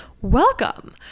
welcome